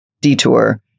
detour